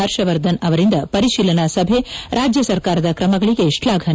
ಹರ್ಷವರ್ಧನ್ ಅವರಿಂದ ಪರಿಶೀಲನಾ ಸಭೆ ರಾಜ್ಯ ಸರ್ಕಾರದ ಕ್ರಮಗಳಿಗೆ ಶ್ಲಾಘನೆ